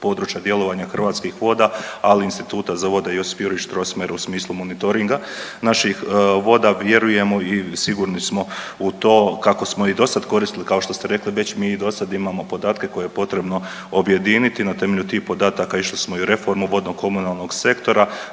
područja djelovanja Hrvatskih voda, ali i Instituta za vode Josip Juraj Strossmayer u smislu monitoringa naših voda, vjerujemo i sigurni smo u to kako smo i dosad koristili, kao što ste rekli, već mi i dosad imamo podatke koje je potrebno objediniti na temelju tih podataka, išli smo i u reformu vodno-komunalnog sektora,